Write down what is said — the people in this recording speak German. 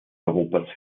europas